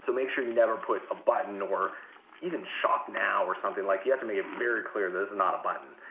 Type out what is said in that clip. so make sure you never put a button or even, shop now or something like it, you have to make it very clear this is not a button.